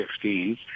fifteen